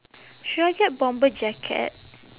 should I get bomber jacket